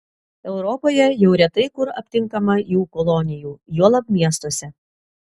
europoje jau retai kur aptinkama jų kolonijų juolab miestuose